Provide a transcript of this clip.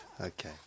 Okay